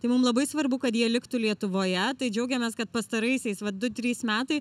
tai mum labai svarbu kad jie liktų lietuvoje tai džiaugiamės kad pastaraisiais vat du trys metai